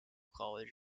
college